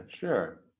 sure